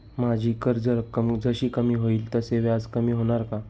माझी कर्ज रक्कम जशी कमी होईल तसे व्याज कमी होणार का?